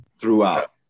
throughout